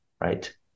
right